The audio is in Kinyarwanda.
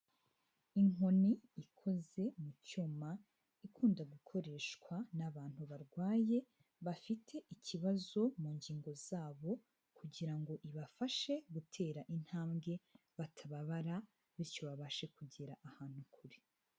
Inkoni ikoze mu cyuma ikunda gukoreshwa n'abantu barwaye, bafite ikibazo mu ngingo zabo kugira ngo ibafashe gutera intambwe batababara bityo babashe kugera ahantu kure.